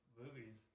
movies